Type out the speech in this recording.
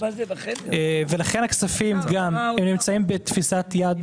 ולכן הכספים נמצאים בתפיסת יד,